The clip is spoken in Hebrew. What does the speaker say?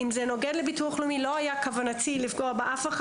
ואם זה נוגד לביטוח הלאומי - לא התכוונתי לפגוע במישהו.